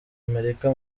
amerika